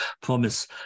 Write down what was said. promise